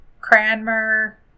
Cranmer